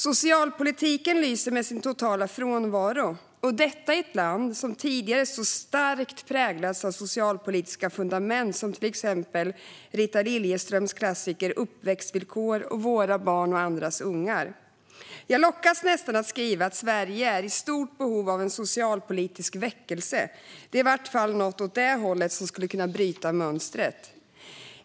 Socialpolitiken lyser med sin totala frånvaro, detta i ett land som tidigare så starkt präglats av socialpolitiska fundament, till exempel Rita Liljeströms klassiker Uppväxtvillkor och Våra barn, andras ungar . Jag lockas nästan att säga att Sverige är i stort behov av en socialpolitisk väckelse. Det är i varje fall något åt det hållet som skulle kunna bryta mönstret.